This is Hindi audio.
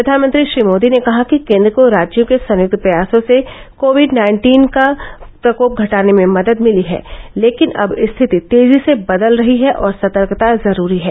प्रधानमंत्री श्री मोदी ने कहा कि केन्द्र को राज्यों के संयुक्त प्रयासों से कोविड नाइन्टीन का प्रकोप घटाने में मदद मिली है लेकिन अब स्थिति तेजी से बदल रही है और सतर्कता जरूरी है